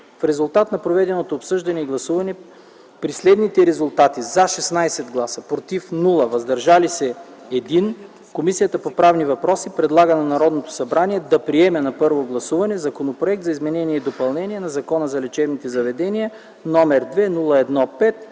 В резултат на проведеното обсъждане и гласуване при резултати: „за” – 16 гласа, „против” – 0 гласа, и „въздържал се” – 1 глас, Комисията по правни въпроси предлага на Народното събрание да приеме на първо гласуване Законопроект за изменение и допълнение на Закона за лечебните заведения № 002-01-5,